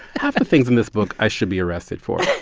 half the things in this book i should be arrested for.